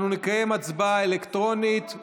אנחנו נקיים הצבעה אלקטרונית.